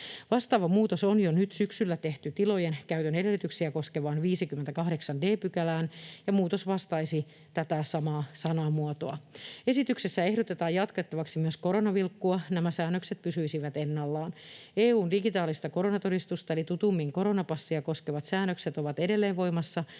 Vastaava muutos on jo nyt syksyllä tehty tilojen käytön edellytyksiä koskevaan 58 d §:ään, ja muutos vastaisi tätä samaa sanamuotoa. Esityksessä ehdotetaan jatkettavaksi myös Koronavilkun käyttöä. Nämä säännökset pysyisivät ennallaan. EU:n digitaalista koronatodistusta eli tutummin koronapassia koskevat säännökset ovat edelleen voimassa